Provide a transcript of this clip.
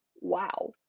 wow